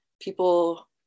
people